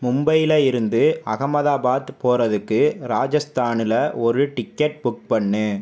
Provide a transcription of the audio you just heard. மும்பையில் இருந்து அஹமதாபாத் போகிறதுக்கு ராஜஸ்தானில் ஒரு டிக்கெட் புக் பண்ணு